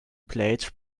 played